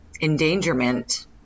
endangerment